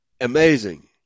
Amazing